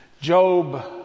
Job